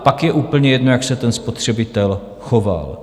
Pak je úplně jedno, jak se ten spotřebitel choval.